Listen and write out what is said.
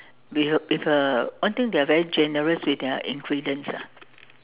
with with uh one thing they are very generous with their ingredients ah